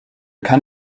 kann